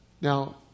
Now